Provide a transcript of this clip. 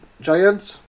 giants